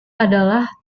adalah